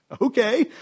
Okay